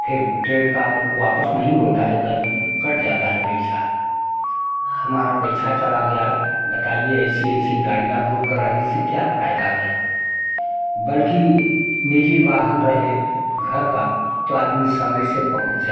फिर ट्रेन का वापस नहीं होता है कै कट जाता है पैसा हमारा पैसा चला गया बताइए ऐसी ऐसी गाड़ियाँ बुक कराने से क्या फायदा है बल्कि निजी वाहन रहे घर का तो आदमी समय से पहुँच जा